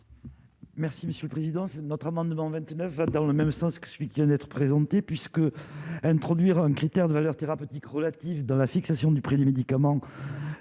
Merci monsieur le président, c'est notre amendement 29 dans le même sens que celui qui vient d'être présentée puisque introduire un critère de valeur thérapeutique relatif dans la fixation du prix des médicaments